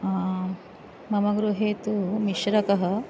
मम गृहे तु मिश्रकः